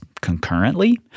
concurrently